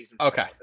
Okay